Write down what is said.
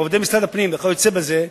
עובדי משרד הפנים וכיוצא בזה,